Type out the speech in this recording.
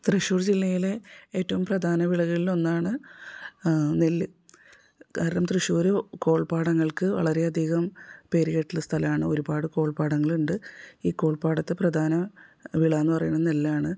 തൃശൂർ ജില്ലയിലെ ഏറ്റവും പ്രധാന വിളകളിൽ ഒന്നാണ് നെല്ല് കാരണം തൃശൂർ കോൾപ്പാടങ്ങൾക്ക് വളരെയധികം പേര് കേട്ടിട്ടുള്ള സ്ഥലമാണ് ഒരുപാട് കോൾപ്പാടങ്ങളുണ്ട് ഈ കോൾപ്പാടത്ത് പ്രധാന വിള എന്ന് പറയുന്നത് നെല്ല് ആണ്